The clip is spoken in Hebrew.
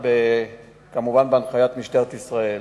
כמובן בהנחיית משטרת ישראל.